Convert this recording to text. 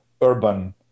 urban